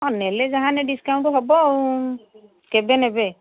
ହଁ ନେଲେ ଯାହା ହେଲେ ଡିସ୍କାଉଣ୍ଟ ହବ ଆଉ କେବେ ନେବେ